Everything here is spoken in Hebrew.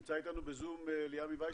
נמצא איתנו בזום ליעמי ויסמן,